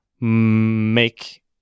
make